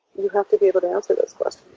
you have to be able to answer those but